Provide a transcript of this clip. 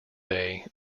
day